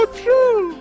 true